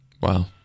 Wow